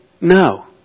No